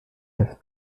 have